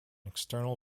external